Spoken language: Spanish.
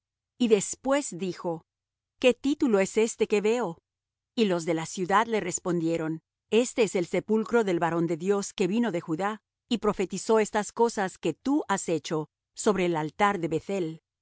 y después dijo qué título es este que veo y los de la ciudad le respondieron este es el sepulcro del varón de dios que vino de judá y profetizó estas cosas que tú has hecho sobre el altar de